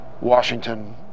washington